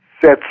sets